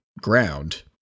ground